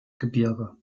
gebirge